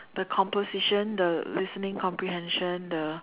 the composition the listening comprehension the